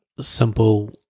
simple